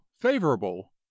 favorable